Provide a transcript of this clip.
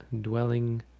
dwelling